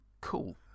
cool